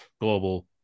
Global